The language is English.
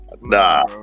nah